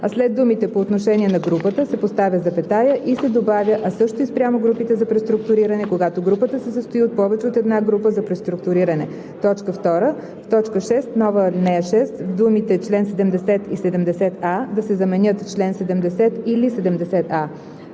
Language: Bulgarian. а след думите „по отношение на групата“ се поставя запетая и се добавя „а също и спрямо групите за преструктуриране, когато групата се състои от повече от една група за преструктуриране“.; 2. В т. 6, нова ал. 6 думите „чл. 70 и 70а“ да се заменят с „чл. 70 или 70а“;